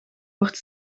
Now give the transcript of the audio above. wordt